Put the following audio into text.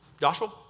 Joshua